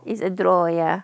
it's a draw ya